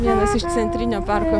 vienas iš centrinio parko